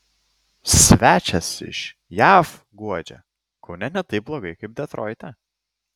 svečias iš jav guodžia kaune ne taip blogai kaip detroite